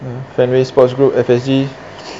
ya fenway sports group F_S_G